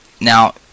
now